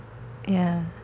ya